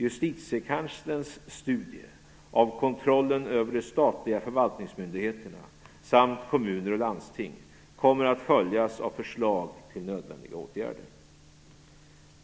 Justitiekanslerns studie av kontrollen över de statliga förvaltningsmyndigheterna samt kommuner och landsting kommer att följas av förslag till nödvändiga åtgärder.